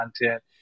content